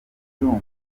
ndumva